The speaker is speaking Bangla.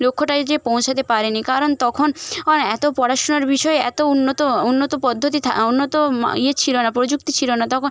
লক্ষ্যটায় যেয়ে পৌঁছাতে পারেনি কারণ তখন অন এত পড়াশোনার বিষয়ে এত উন্নত উন্নত পদ্ধতি উন্নত ইয়ে ছিল না প্রযুক্তি ছিল না তখন